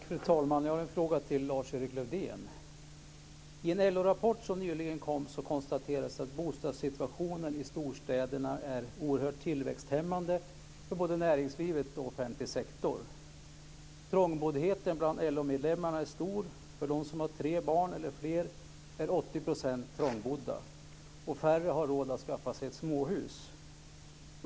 Fru talman! Jag har en fråga till Lars-Erik Lövdén. I en LO-rapport som kom nyligen konstateras att bostadssituationen i storstäderna är oerhört tillväxthämmande för både näringsliv och offentlig sektor. Trångboddheten bland LO-medlemmarna är stor. Bland dem som har tre barn eller fler är 80 % trångbodda. Färre har råd att skaffa sig ett småhus.